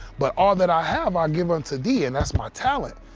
but all that i have i'll give unto thee. and that's my talent.